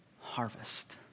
harvest